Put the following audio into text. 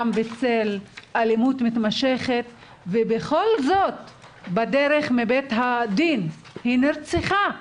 גם בצל אלימות מתמשכת ובכל זאת בדרך מבית הדין היא נרצחה כאילו,